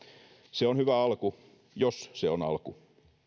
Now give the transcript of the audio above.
se on hyvä alku jos se on alku